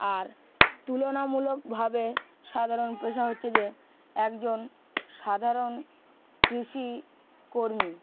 আর তুলনামূলকভাবে সাধারণ পেশা হচ্ছে যে একজন সাধারণ কৃষিকর্মী